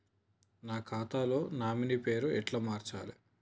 నా ఖాతా లో నామినీ పేరు ఎట్ల మార్చాలే?